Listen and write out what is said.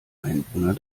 einwohner